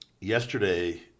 yesterday